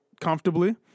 comfortably